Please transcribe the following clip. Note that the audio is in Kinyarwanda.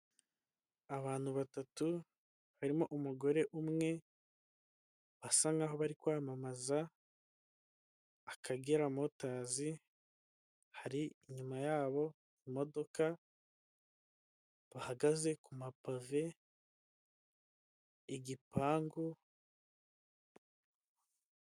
Abantu batatu harimo umugore umwe basa nkaho bari kwamamaza Akagera motezi hari inyuma yabo imodoka bahagaze ku mapave igipangu.